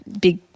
big